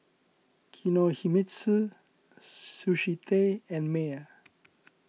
Kinohimitsu Sushi Tei and Mayer